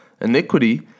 Iniquity